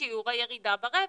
לשיעור הירידה ברווח?